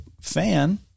fan